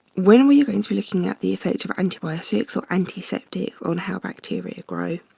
when we're going to be looking at the effect of antibiotics or antiseptic on how bacteria grow,